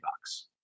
bucks